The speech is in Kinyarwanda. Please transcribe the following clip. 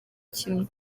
kimwe